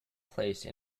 place